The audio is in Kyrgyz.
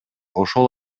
ошол